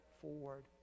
forward